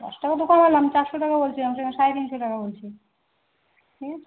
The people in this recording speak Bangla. দশ টাকা তো কমালাম চারশো টাকা বলছিলাম সেখানে সাড়ে তিনশো টাকা বলছি ঠিক আছে